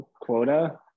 quota